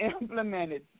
implemented